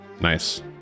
nice